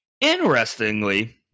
Interestingly